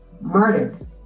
murdered